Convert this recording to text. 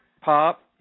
Pop